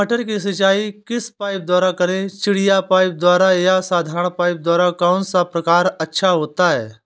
मटर की सिंचाई किस पाइप द्वारा करें चिड़िया पाइप द्वारा या साधारण पाइप द्वारा कौन सा प्रकार अच्छा होता है?